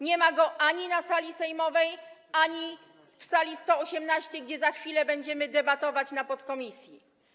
Nie ma go ani na sali sejmowej, ani w sali 118, gdzie za chwilę będziemy debatować na posiedzeniu podkomisji.